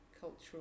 cultural